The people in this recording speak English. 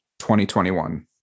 2021